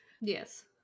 Yes